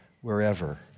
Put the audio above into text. wherever